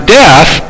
death